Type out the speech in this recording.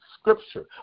Scripture